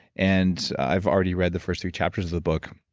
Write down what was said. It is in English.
and i've already read the first three chapters of the book,